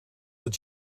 het